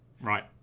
Right